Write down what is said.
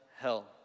hell